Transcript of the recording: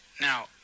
Now